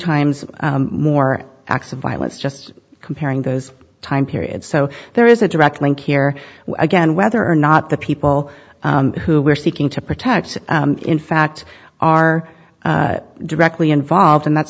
times more acts of violence just comparing those time period so there is a direct link here again whether or not the people who were seeking to protect in fact are directly involved and that's